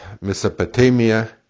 Mesopotamia